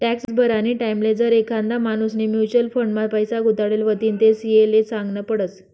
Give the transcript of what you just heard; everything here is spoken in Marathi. टॅक्स भरानी टाईमले जर एखादा माणूसनी म्युच्युअल फंड मा पैसा गुताडेल व्हतीन तेबी सी.ए ले सागनं पडस